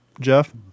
Jeff